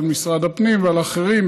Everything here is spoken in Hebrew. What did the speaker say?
על משרד הפנים ועל אחרים,